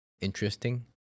interesting